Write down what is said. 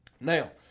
Now